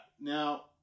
Now